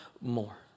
more